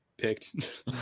picked